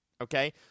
Okay